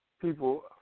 people